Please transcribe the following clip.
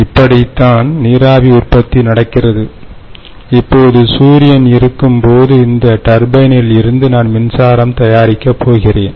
இப்படித்தான் நீராவி உற்பத்தி நடக்கிறது இப்போதுசூரியன் இருக்கும் போது இந்த டர்பைணில் இருந்து நான் மின்சாரம் தயாரிக்கப் போகிறேன்